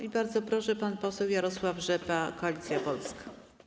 I bardzo proszę, pan poseł Jarosław Rzepa, Koalicja Polska.